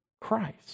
Christ